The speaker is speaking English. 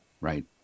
Right